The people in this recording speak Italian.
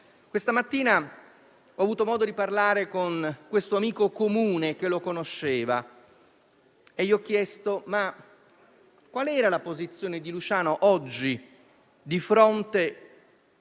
Questa mattina ho avuto modo di parlare con l'amico comune che lo conosceva e gli ho chiesto quale fosse la posizione di Luciano oggi di fronte